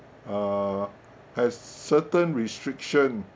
uh has certain restriction